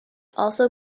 also